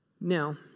Now